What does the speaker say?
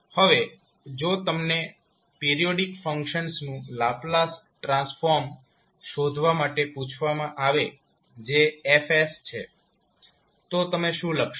હવે જો તમને પીરીયોડીક ફંક્શનનું લાપ્લાસ ટ્રાન્સફોર્મ શોધવા માટે પૂછવામાં આવે જે F છે તો તમે શું લખશો